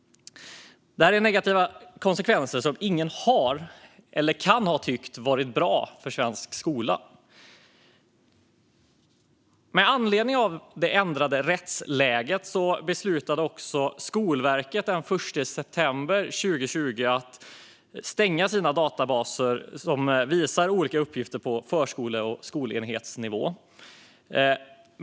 Det är negativa konsekvenser som ingen har eller kan ha tyckt varit bra för svensk skola. Med anledning av det ändrade rättsläget beslutade Skolverket att den 1 september 2020 stänga sina databaser som visar olika uppgifter på förskole och skolenhetsnivå.